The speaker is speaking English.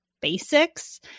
basics